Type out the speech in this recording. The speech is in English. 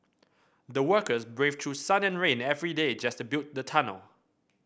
the workers braved through sun and rain every day just to build the tunnel